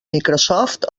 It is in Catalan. microsoft